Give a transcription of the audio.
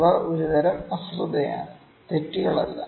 ഇവ ഒരുതരം അശ്രദ്ധയാണ് തെറ്റുകൾ അല്ല